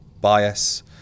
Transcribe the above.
bias